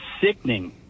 sickening